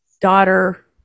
daughter